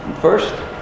first